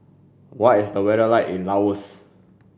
what is the weather like in Laos